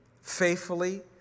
faithfully